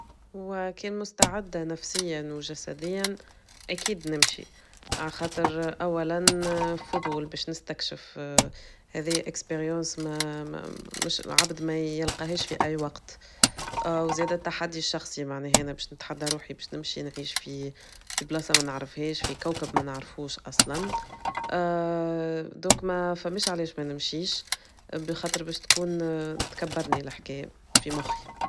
هو كان مستعد نفسيا وجسديا أكيد نمشي، عخاطر أولا فضول باش نستكشف هذاي اكسبيرينس ما- مش العبد ما يلقاهاش في اي وقت وزاد التحدي الشخصي معناها انا باش نتحدى روحي باش نمشي نعيش في في بلاصة ما نعرفهاش في كوكب ما نعرفوش اصلا دوكما فماش علاش ما نمشيش، بخاطر باش تكون اه تكبرني الحكاية في مخي.